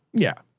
yeah.